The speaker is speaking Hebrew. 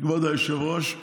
כבוד היושב-ראש,